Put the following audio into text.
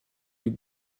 luc